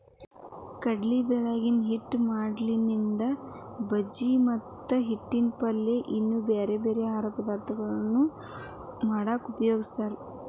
ಕಡ್ಲಿಬ್ಯಾಳಿನ ಹಿಟ್ಟ್ ಮಾಡಿಕಡ್ಲಿಹಿಟ್ಟಿನಿಂದ ಬಜಿ ಮತ್ತ ಹಿಟ್ಟಿನ ಪಲ್ಯ ಇನ್ನೂ ಬ್ಯಾರ್ಬ್ಯಾರೇ ಆಹಾರ ಪದಾರ್ಥ ಮಾಡಾಕ ಉಪಯೋಗಸ್ತಾರ